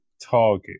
target